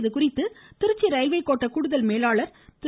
இதுகுறித்து திருச்சி ரயில்வே கோட்ட கூடுதல் மேலாளர் திரு